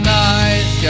nice